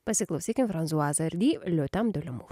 pasiklausykim francoise hardy le temps del amour